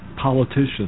politicians